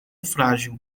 frágil